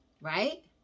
right